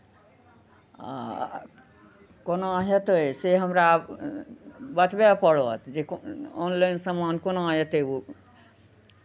आ कोना हेतै से हमरा बतबय पड़त जे को ऑनलाइन सामान कोना अयतै ओ